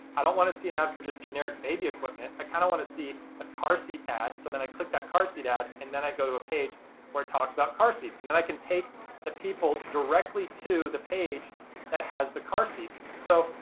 i don't want to see an ad for just generic baby equipment. i kinda wanna see a car seat ad, so then i click that car seat ad. and then i go to a page where it talks about car seats. and then i can take the people directly to the page that has the car seats. so,